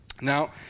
Now